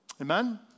Amen